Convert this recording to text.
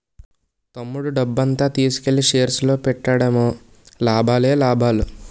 తమ్ముడు డబ్బంతా తీసుకెల్లి షేర్స్ లో పెట్టాడేమో లాభాలే లాభాలు